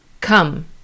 come